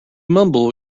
mumble